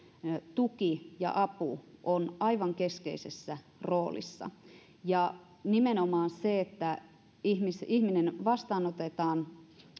tuki ja apu ovat aivan keskeisessä roolissa ja nimenomaan se että ihminen vastaanotetaan